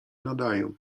nadaję